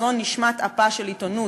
זו נשמת אפה של עיתונות,